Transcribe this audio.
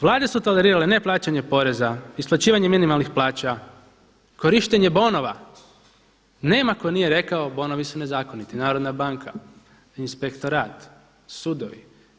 Vlade su tolerirale neplaćanje poreza, isplaćivanje minimalnih plaća, korištenje bonova, nema tko nije rekao bonovi su nezakoniti, Narodna banka, Inspektorat, sudovi.